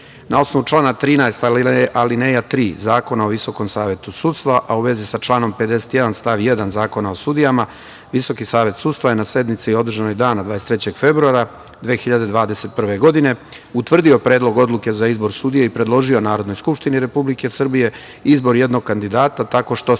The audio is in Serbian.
osnovu člana 13, alineja 3) Zakona o Visokom savetu sudstva, a u vezi sa članom 51. stav 1. Zakona o sudijama, Visoki savet sudstva je na sednici održanoj dana 23. februara 2021. godine, utvrdio Predlog odluke za izbor sudije i predložio Narodnoj skupštini Republike Srbije izbor jednog kandidata tako što se